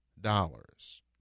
dollars